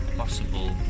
possible